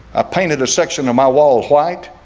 painted a section of my wall white.